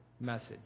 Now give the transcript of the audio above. message